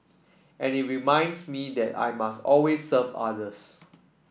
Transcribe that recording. and it reminds me that I must always serve others